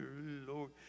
Lord